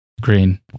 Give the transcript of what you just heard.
Green